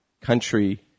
country